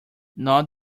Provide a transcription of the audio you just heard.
not